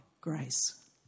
grace